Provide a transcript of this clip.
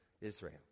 Israel